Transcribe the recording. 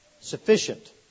sufficient